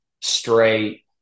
straight